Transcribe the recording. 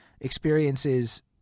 experiences